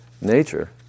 nature